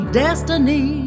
destiny